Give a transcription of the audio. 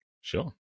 Sure